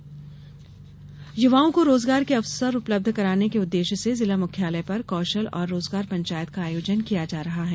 कौशल पंचायत युवाओं को रोजगार के अवसर उपलब्ध कराने के उद्देश्य से जिला मुख्यालय पर कौशल और रोजगार पंचायत का आयोजन किया जा रहा है